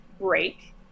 break